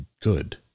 good